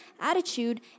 attitude